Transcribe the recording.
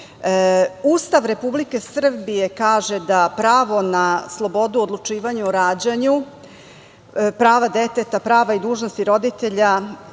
Republike Srbije kaže da pravo na slobodu odlučivanja o rađanju, prava deteta, prava i dužnosti roditelja,